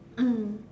mm